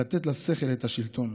לתת לשכל את השלטון,